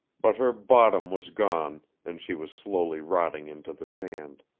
but her bottom was gone, and she was slowly rotting into the sand.